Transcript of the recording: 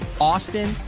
austin